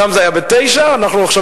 שם זה היה ב-9 ועכשיו אנחנו ב-99.